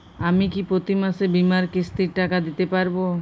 আমি কি প্রতি মাসে বীমার কিস্তির টাকা দিতে পারবো?